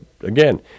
again